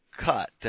cut